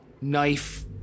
knife